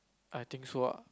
I think so ah